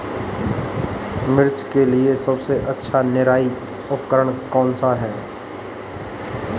मिर्च के लिए सबसे अच्छा निराई उपकरण कौनसा है?